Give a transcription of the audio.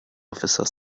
officer